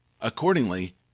Accordingly